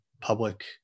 public